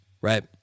right